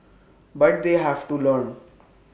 but they have to learn